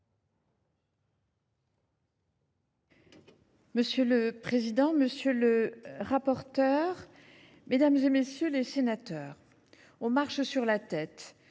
Monsieur le président, monsieur le rapporteur, mesdames, messieurs les sénateurs, « on marche sur la tête